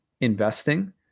investing